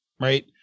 right